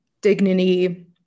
dignity